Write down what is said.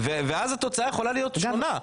ואז התוצאה יכולה להיות שונה,